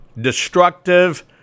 destructive